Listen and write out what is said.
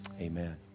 Amen